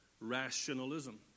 rationalism